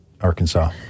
arkansas